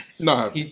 No